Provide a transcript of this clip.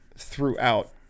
throughout